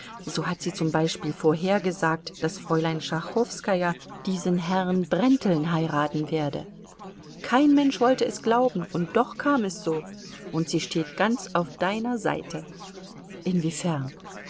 so hat sie zum beispiel vorhergesagt daß fräulein schachowskaja diesen herrn brenteln heiraten werde kein mensch wollte es glauben und doch kam es so und sie steht ganz auf deiner seite inwiefern